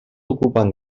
ocupen